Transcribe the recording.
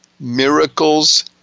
miracles